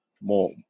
more